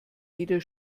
jeder